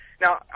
now